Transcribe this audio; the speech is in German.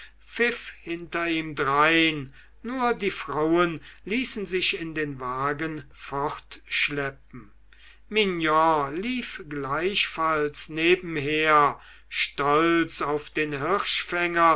pfiff hinter ihm drein nur die frauen ließen sich in den wagen fortschleppen mignon lief gleichfalls nebenher stolz auf den